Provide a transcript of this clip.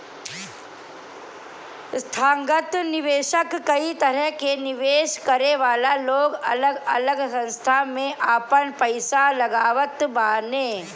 संथागत निवेशक कई तरह के निवेश करे वाला लोग अलग अलग संस्था में आपन पईसा लगावत बाने